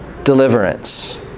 Deliverance